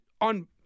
on